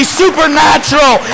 supernatural